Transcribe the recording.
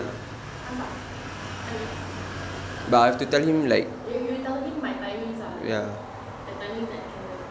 ask ah help me ask you you tell him my timings ah the timing that I can work